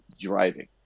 driving